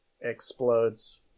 explodes